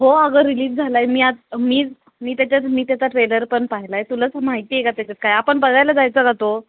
हो अगं रिलीज झाला आहे मी आत मी मी त्याच्यात मी त्याचा ट्रेलर पण पाहिला आहे तुलाच माहिती आहे का त्याच्यात काय आपण बघायला जायचं का तो